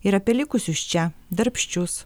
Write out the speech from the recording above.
ir apie likusius čia darbščius